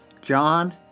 John